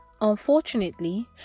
Unfortunately